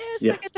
yes